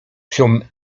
się